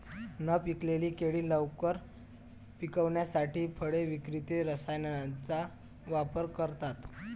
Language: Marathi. न पिकलेली केळी लवकर पिकवण्यासाठी फळ विक्रेते रसायनांचा वापर करतात